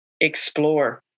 explore